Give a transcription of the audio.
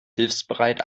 hilfsbereit